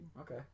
okay